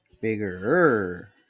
Bigger